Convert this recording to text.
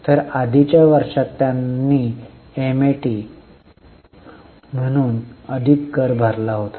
तर आधीच्या वर्षात त्यांनी एमएटी म्हणून अधिक कर भरला आहे